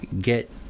get